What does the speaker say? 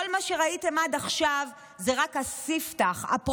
כל מה שראיתם עד עכשיו זה רק הספתח, הפרולוג.